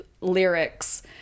lyrics